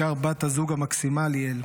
בעיקר בת הזוג המקסימה ליאל.